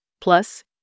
plus